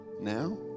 now